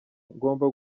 ngomba